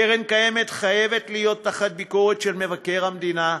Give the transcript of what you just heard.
קרן קיימת חייבת להיות תחת ביקורת של מבקר המדינה,